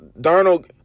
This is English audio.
Darnold